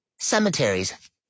cemeteries